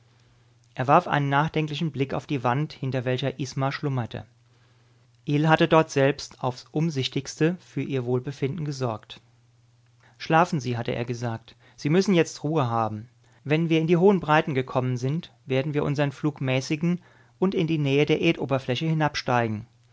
er warf einen nachdenklichen blick auf die wand hinter welcher isma schlummerte ill hatte dort selbst aufs umsichtigste für ihr wohlbefinden gesorgt schlafen sie hatte er gesagt sie müssen jetzt ruhe haben wenn wir in die hohen breiten gekommen sind werden wir unseren flug mäßigen und in die nähe der erdoberfläche hinabsteigen